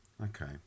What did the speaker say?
Okay